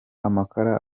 amakara